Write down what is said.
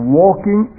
walking